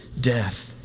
death